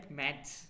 maths